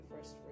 first